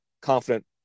confident